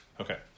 Okay